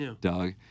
Doug